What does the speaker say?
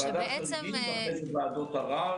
ועדת חריגים ואז ועדות ערר